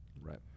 Right